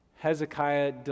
Hezekiah